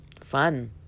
fun